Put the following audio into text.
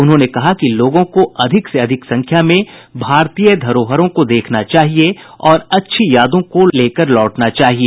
उन्होंने कहा कि लोगों को अधिक से अधिक संख्या में भारतीय धरोहरों को देखना चाहिए और अच्छी यादों को लेकर लौटना चाहिए